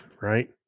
right